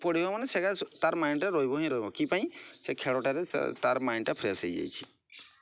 ପଡ଼ିବ ମାନେ ସେଗା ତାର ମାଇଣ୍ଡ୍ରେ ରହିବ ହିଁ ରହିବ କିପାଇଁ ସେ ଖେଳଟାରେ ତାର ମାଇଣ୍ଡ୍ଟା ଫ୍ରେଶ୍ ହେଇଯାଇଛି